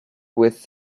with